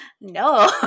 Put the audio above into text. no